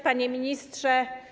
Panie Ministrze!